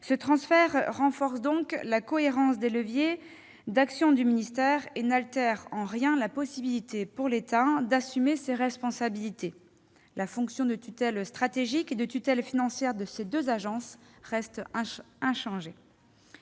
Ce transfert renforce donc la cohérence des leviers d'action du ministère et n'altère en rien la possibilité pour l'État d'assumer ses responsabilités : la fonction de tutelle stratégique et de tutelle financière de ces deux agences reste inchangée.